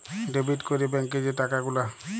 debit ক্যরে ব্যাংকে যে টাকা গুলা